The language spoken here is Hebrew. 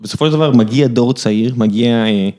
בסופו של דבר מגיע דור צעיר, מגיע...